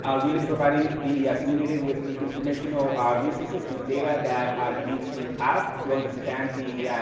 ah really providing the community with the informational resources and the data that ah you need to have to understand the